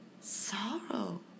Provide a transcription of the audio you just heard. Sorrow